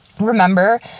Remember